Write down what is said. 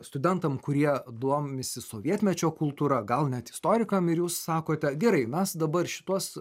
studentam kurie domisi sovietmečio kultūra gal net istorikam ir jūs sakote gerai mes dabar šituos